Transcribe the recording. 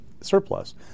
surplus